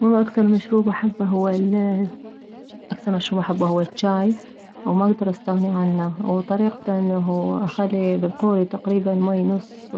والله اكثر مشروب احبه اكثر هو مشروب احبه هو الجاي وما اكدر استغني عنه وطريقته انه اخلي بالقوري تقريبا ماي نص